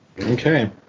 okay